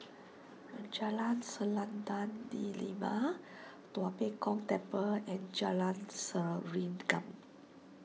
Jalan Selendang Delima Tua Pek Kong Temple and Jalan Serengam